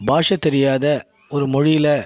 பாஷை தெரியாத ஒரு மொழியில்